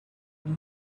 idea